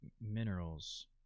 minerals